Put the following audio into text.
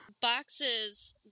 boxes